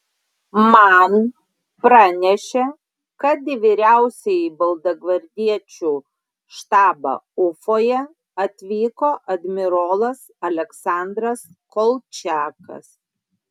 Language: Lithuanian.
man pranešė kad į vyriausiąjį baltagvardiečių štabą ufoje atvyko admirolas aleksandras kolčiakas